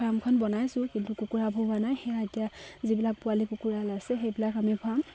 ফাৰ্মখন বনাইছোঁ কিন্তু কুকুৰা বহু নাই সেয়া এতিয়া যিবিলাক পোৱালী কুকুৰা আছে সেইবিলাক আমি ফাৰ্ম